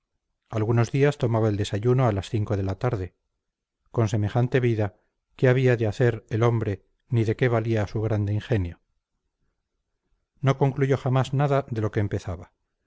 algunos días tomaba el desayuno a las cinco de la tarde con semejante vida qué había de hacer el hombre ni de qué le valía su grande ingenio no concluyó jamás nada de lo que empezaba